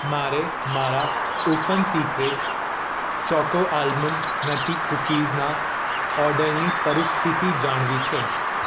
મારે મારા Open Secret choco almond nutty કૂકીઝના ઓર્ડરની પરિસ્થિતિ જાણવી છે